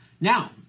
Now